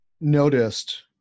noticed